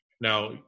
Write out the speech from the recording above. Now